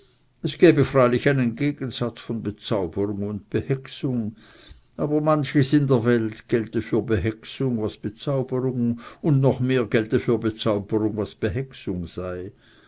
es gebe freilich einen gegensatz von bezauberung und behexung aber manches in der welt gelte für behexung was bezauberung und noch mehr gelte für bezauberung was behexung sei